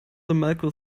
malco